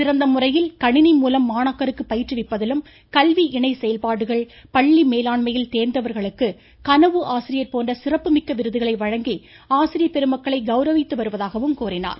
சிறந்த முறையில் கணினி மூலம் மாணாக்கருக்கு பயிற்றுவிப்பதிலும் கல்வி இணை செயல்பாடுகள் பள்ளி மேலாண்மையில் தோ்ந்தவர்களுக்கு கனவு ஆசிரியர் போன்ற சிறப்பு மிக்க விருதுகளை வழங்கி ஆசிரியப்பெருமக்களை கவுரவித்து வருவதாகவும் கூறினார்